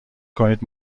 کنید